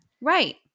Right